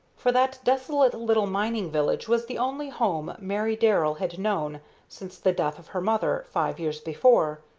for that desolate little mining village was the only home mary darrell had known since the death of her mother, five years before,